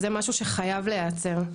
וזה משהו שחייב להיעצר.